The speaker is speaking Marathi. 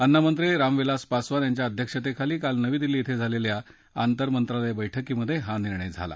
अन्नमंत्री रामविलास पासवान यांच्या अध्यक्षतेखाली काल नवी दिल्ली क्वें झालेल्या आंतरमंत्रालय बैठकीत हा निर्णय झाला